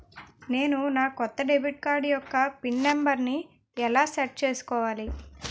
నేను నా కొత్త డెబిట్ కార్డ్ యెక్క పిన్ నెంబర్ని ఎలా సెట్ చేసుకోవాలి?